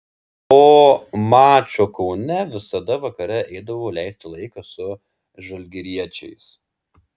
po mačo kaune visada vakare eidavau leisti laiką su žalgiriečiais